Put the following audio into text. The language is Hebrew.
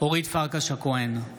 אורית פרקש הכהן,